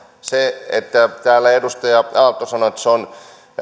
kun täällä edustaja aalto sanoi että se on